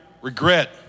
regret